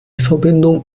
verbindung